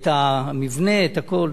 את המבנה ואת הכול.